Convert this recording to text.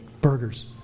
burgers